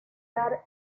dar